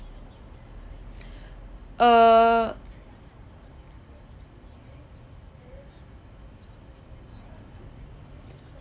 uh